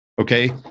Okay